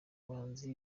abahanzi